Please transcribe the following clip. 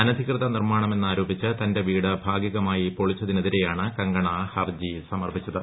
അനധികൃത നിർമ്മാണമെന്നാരോപിച്ച് തന്റെ വീട് ഭാഗികമായി പൊളിച്ചതിനെതിരെയാണ് കങ്കണ ഹർജി സമർപ്പിച്ചത്